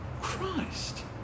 Christ